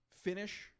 finish